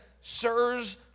Sirs